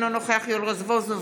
אינו נוכח יואל רזבוזוב,